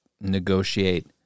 negotiate